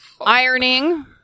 Ironing